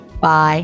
Bye